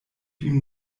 ihm